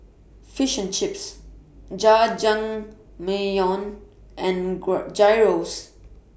Fish and Chips Jajangmyeon and Gyros